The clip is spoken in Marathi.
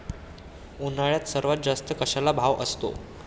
उन्हाळ्यात सर्वात जास्त कशाला भाव असतो?